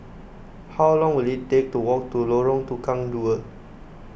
how long will it take to walk to Lorong Tukang Dua